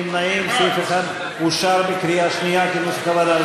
אני קובע כי ההסתייגות לא התקבלה.